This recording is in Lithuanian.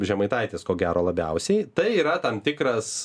žemaitaitis ko gero labiausiai tai yra tam tikras